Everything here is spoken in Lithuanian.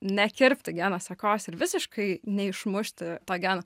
nekirpti geno sekos ir visiškai neišmušti to geno